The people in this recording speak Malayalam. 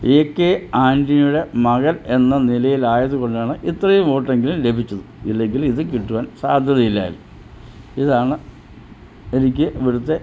എ കെ ആൻ്റണിയുടെ മകൻ എന്ന നിലയിലായതു കൊണ്ടാണ് ഇത്രയും വോട്ടെങ്കിലും ലഭിച്ചത് ഇല്ലെങ്കിൽ ഇതും കിട്ടുവാൻ സാദ്ധ്യതയില്ലായിരുന്നു ഇതാണ് എനിക്ക് ഇവിടുത്തെ